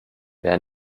wer